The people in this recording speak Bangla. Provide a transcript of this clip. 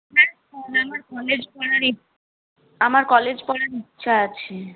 হ্যাঁ স্যার আমার কলেজ করার আমার কলেজ করার ইচ্ছা আছে